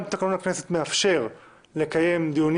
גם תקנון הכנסת מאפשר לקיים דיונים